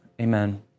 amen